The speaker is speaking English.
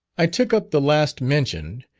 i took up the last mentioned,